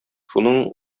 шуның